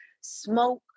smoke